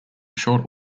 short